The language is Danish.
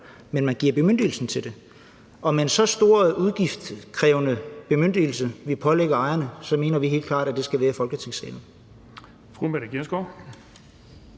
men man giver bemyndigelsen til det. Og ved at det er en så stor og udgiftskrævende bemyndigelse og man pålægger ejeren det, mener vi helt klart, at det skal være i Folketingssalen.